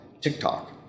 TikTok